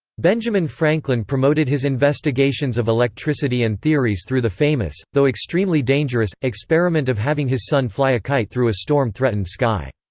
benjamin franklin promoted his investigations of electricity and theories through the famous, though extremely dangerous, experiment of having his son fly a kite through a storm-threatened sky.